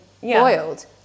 boiled